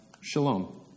Shalom